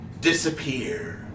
disappear